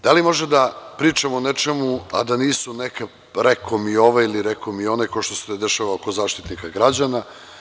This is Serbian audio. Da li možemo da pričamo o nečemu a da nisu – rekao mi ovaj ili rekao mi onaj, kao što se dešava oko Zaštitnika građana?